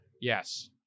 yes